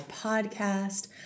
Podcast